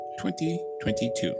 2022